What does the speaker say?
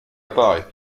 apparaît